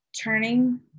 turning